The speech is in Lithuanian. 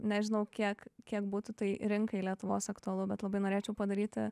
nežinau kiek kiek būtų tai rinkai lietuvos aktualu bet labai norėčiau padaryti